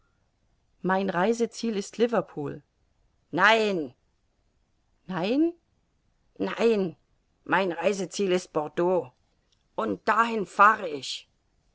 mein reiseziel ist liverpool nein nein nein mein reiseziel ist bordeaux und dahin fahre ich